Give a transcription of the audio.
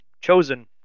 chosen